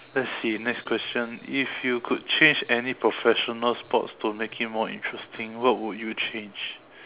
let's see next question if you could change any professional sports to make you more interesting what would you change